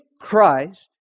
Christ